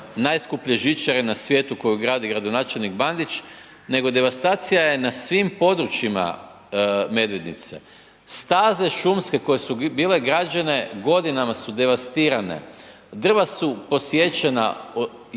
najskuplje žičare na svijetu koju gradi gradonačelnik Bandić nego devastacija je na svim područjima Medvednice. Staze šumske koje su bile građene, godinama su devastirane, drva su posječena i